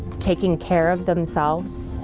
taking care of themselves,